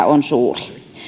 on suuri